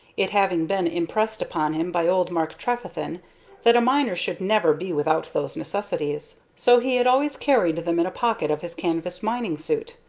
it having been impressed upon him by old mark trefethen that a miner should never be without those necessities. so he had always carried them in a pocket of his canvas mining-suit.